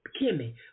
Kimmy